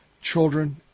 children